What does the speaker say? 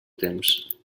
temps